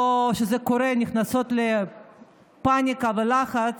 וכשזה קורה הן נכנסות לפניקה ולחץ,